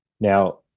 Now